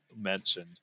mentioned